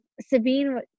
Sabine